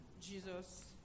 jesus